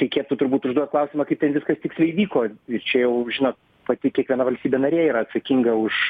reikėtų turbūt užduot klausimą kaip ten viskas tiksliai vyko ir čia jau žino pati kiekviena valstybė narė yra atsakinga už